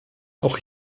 auch